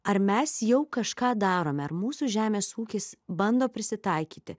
ar mes jau kažką darome ar mūsų žemės ūkis bando prisitaikyti